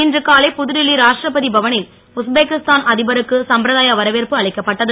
இன்று காலை புதுடில்லி ரா டிரப பவ ல் உஸ்பெஸ்கிஸ்தான் அ பருக்கு சம்பிரதாய வரவேற்பு அளிக்கப்பட்டது